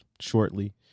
shortly